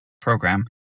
program